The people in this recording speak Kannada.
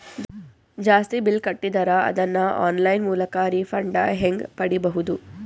ಜಾಸ್ತಿ ಬಿಲ್ ಕಟ್ಟಿದರ ಅದನ್ನ ಆನ್ಲೈನ್ ಮೂಲಕ ರಿಫಂಡ ಹೆಂಗ್ ಪಡಿಬಹುದು?